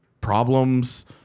problems